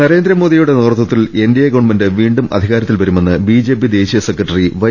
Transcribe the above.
നരേന്ദ്രമോദിയുടെ നേതൃത്വത്തിൽ NDA government വീണ്ടും അധികാരത്തിൽ വരുമെന്ന് ബിജെപി ദേശീയ സെക്രട്ടറി വൈ